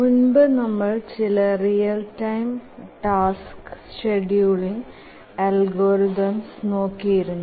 മുൻപ് നമ്മൾ ചില real time tasks scheduling algorithms നോക്കിയിരുന്നു